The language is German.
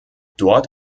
dort